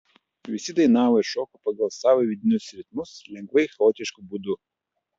visi dainavo ir šoko pagal savo vidinius ritmus lengvai chaotišku būdu